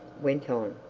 went on.